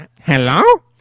Hello